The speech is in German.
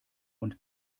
und